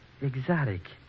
exotic